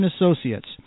Associates